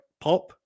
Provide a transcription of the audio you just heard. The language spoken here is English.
pop